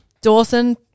Dawson